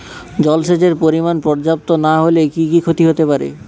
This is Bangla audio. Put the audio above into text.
জলসেচের পরিমাণ পর্যাপ্ত না হলে কি কি ক্ষতি হতে পারে?